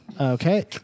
Okay